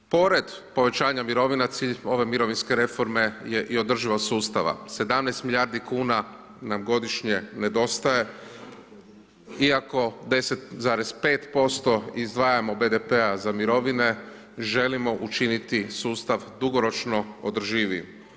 Pored povećanja mirovina, cilj ove mirovinske reforme je i održivost sustava, 17 milijardi kuna nam godišnje nedostaje iako 10,5% izdvajamo BDP-a za mirovine, želimo učiniti sustav dugoročno održivijim.